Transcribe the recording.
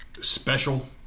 special